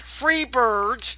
Freebirds